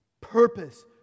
purpose